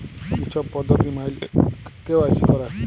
ই ছব পদ্ধতি ম্যাইলে ব্যাংকে কে.ওয়াই.সি ক্যরে